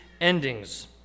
endings